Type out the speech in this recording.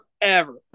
forever